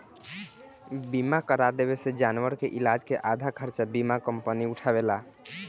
बीमा करा देवे से जानवर के इलाज के आधा खर्चा बीमा कंपनी उठावेला